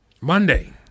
Monday